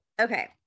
Okay